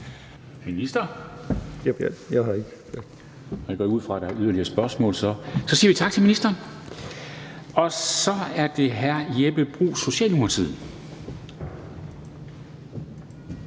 spørgsmål, og så siger vi tak til ministeren. Så er det hr. Jeppe Bruus, Socialdemokratiet.